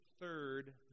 third